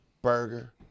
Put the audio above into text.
Burger